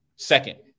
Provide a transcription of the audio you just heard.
Second